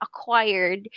acquired